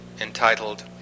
entitled